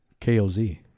K-O-Z